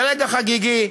זה רגע חגיגי,